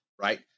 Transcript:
right